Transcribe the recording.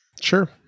Sure